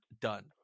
done